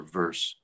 verse